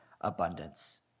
abundance